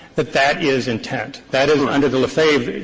that that is intent. that is under the lafave.